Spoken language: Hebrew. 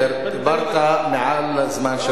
דיברת מעל הזמן שלך,